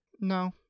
No